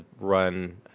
run